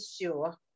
sure